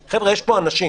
חבר'ה, יש פה אנשים